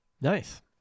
nice